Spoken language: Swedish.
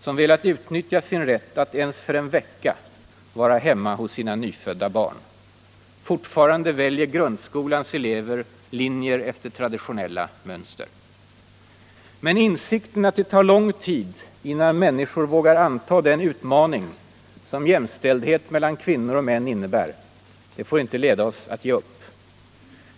som velat utnyttja sin rätt att — ens för en vecka — vara hemma hos sina nyfödda barn. Fortfarande väljer grundskolans elever linjer efter traditionella mönster. Men insikten att det tar lång tid innan människor vågar anta den utmaning som jämställdhet mellan kvinnor och män innebär får inte leda till att vi ger upp.